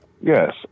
Yes